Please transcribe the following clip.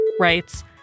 writes